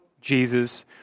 Jesus